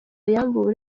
yambuwe